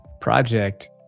project